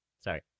Sorry